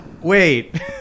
Wait